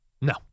No